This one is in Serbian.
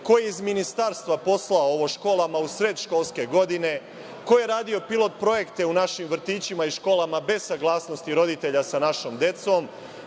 ko je iz ministarstva poslao ovo školama u sred školske godine, ko je radio pilot projekte u našim vrtićima i školama bez saglasnosti roditelja sa našom decom,